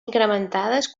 incrementades